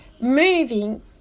moving